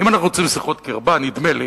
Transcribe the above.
אם אנחנו רוצים שיחות קרבה, נדמה לי